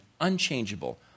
unchangeable